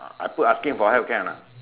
I put asking for help can or not